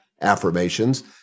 affirmations